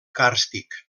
càrstic